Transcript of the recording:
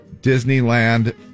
Disneyland